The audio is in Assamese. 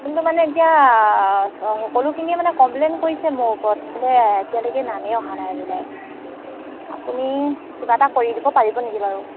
কিন্তু মানে এতিয়া সকলোখিনিয়ে মানে কমপ্লেইন কৰিছে মোৰ ওপৰত বোলে এতিয়ালৈকে নামেই অহা নাই বোলে আপুনি কিবা এটা কৰি দিব পাৰিব নেকি বাৰু